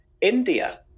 India